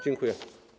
Dziękuję.